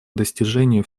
достижению